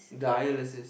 dialysis